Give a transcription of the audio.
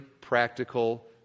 practical